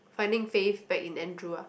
finding faith back in Andrew ah